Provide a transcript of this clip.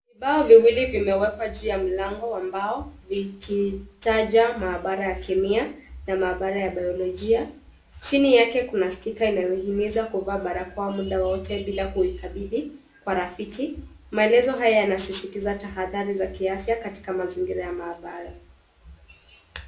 Vibao viwili vimewekwa juu ya mlango wa mbao vikitaja maabara ya kemia, na maabara ya bayolojia. Chini yake kuna stika inyohimiza kuvaa barakoa muda wote bila kuikabidhi kwa rafiki. Maelezo haya yanasisitiza tahadhari za kiafya katika mazingira ya maabara.